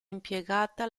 impiegata